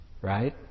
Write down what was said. right